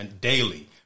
daily